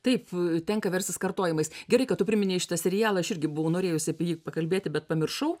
taip tenka verstis kartojimais gerai kad tu priminei šitą serialą aš irgi buvau norėjusi apie jį pakalbėti bet pamiršau